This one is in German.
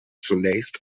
zunächst